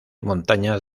montañas